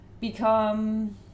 become